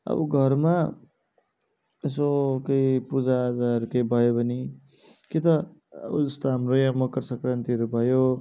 अब घरमा यसो केही पूजा आजाहरू केही भयो भने कि त उयस्तो हाम्रो वा मकर सङ्क्रान्तिहरू भयो